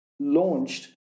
launched